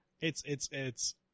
It's—it's—it's—